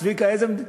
צביקה, איזה מדינה?